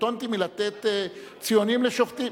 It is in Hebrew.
קטונתי מלתת ציונים לשופטים.